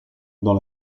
dans